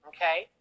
Okay